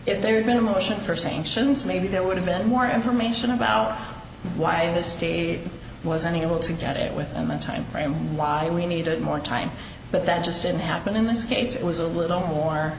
if there'd been a motion for sanctions maybe there would have been more information about why the state wasn't able to get it with time frame why we needed more time but that just didn't happen in this case it was a little more